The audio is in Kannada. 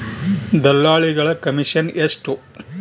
ದಲ್ಲಾಳಿಗಳ ಕಮಿಷನ್ ಎಷ್ಟು?